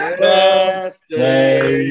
birthday